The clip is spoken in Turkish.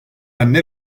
anne